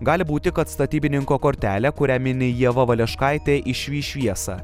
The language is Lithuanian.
gali būti kad statybininko kortelė kurią mini ieva valeškaitė išvys šviesą